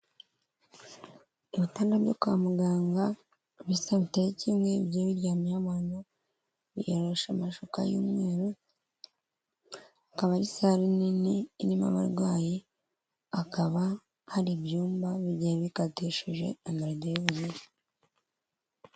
Ibitanda byo kwa muganga bisa biteye kimwe, bigiye biryamyeho abantu biyoroshe amashuka y'umweru, akaba ari sare nini irimo abarwayi, hakaba hari ibyumba bigiye bikatishije amarido y'ubururu.